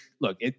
look